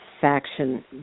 faction